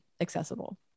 accessible